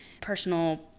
personal